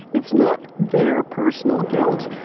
it's not their personal guilt.